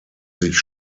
sich